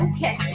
Okay